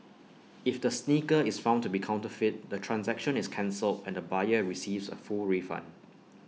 if the sneaker is found to be counterfeit the transaction is cancelled and the buyer receives A full refund